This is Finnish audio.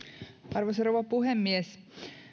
arvoisa rouva puhemies